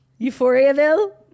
Euphoriaville